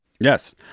Yes